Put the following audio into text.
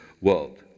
world